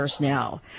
now